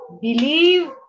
Believe